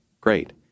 great